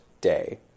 day